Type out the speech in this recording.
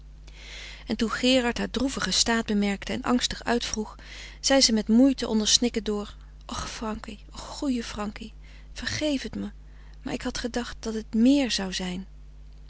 en toen gerard haar droevigen staat bemerkte en angstig uitvroeg zei ze met moeite onder snikken dr och frankie och goeie frankie vergeef t me maar ik had gedacht dat het méér zou zijn